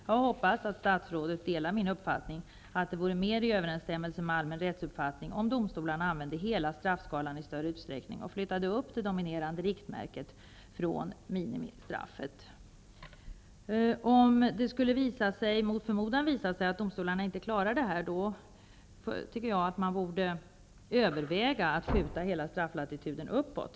Jag hoppas att statsrådet delar min uppfattning att det vore mer i överensstämmelse med allmän rättsuppfattning om domstolarna använde hela straffskalan i större utsträckning och flyttade upp det dominerande riktmärket från minimistraffet. Om det mot förmodan skulle visa sig att domstolarna inte klarar detta, borde man överväga att skjuta hela strafflatituden uppåt.